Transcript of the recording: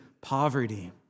poverty